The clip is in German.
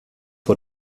vor